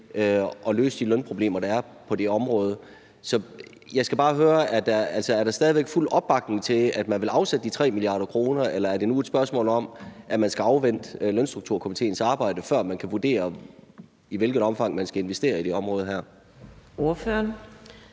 at løse de lønproblemer, der er på det område. Så jeg skal bare høre: Er der stadig væk fuld opbakning til, at man vil afsætte de 3 mia. kr., eller er det nu et spørgsmål om, at man skal afvente Lønstrukturkomitéens arbejde, før man kan vurdere, i hvilket omfang man skal investere i det her område?